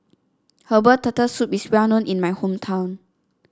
Herbal Turtle Soup is well known in my hometown